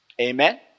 Amen